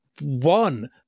One